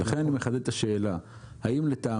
ולכן אני מחדד את השאלה: האם לטעמכם,